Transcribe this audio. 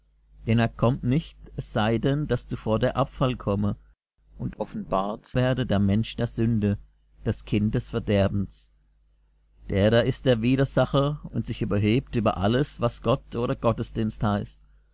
denn er kommt nicht es sei denn daß zuvor der abfall komme und offenbart werde der mensch der sünde das kind des verderbens der da ist der widersacher und sich überhebt über alles was gott oder gottesdienst heißt